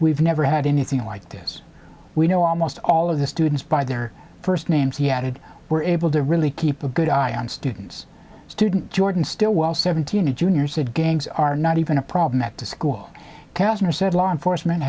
we've never had anything like this we know almost all of the students by their first names he had were able to really keep a good eye on students student jordan stillwell seventeen a junior said gangs are not even a problem at the school kashmir said law enforcement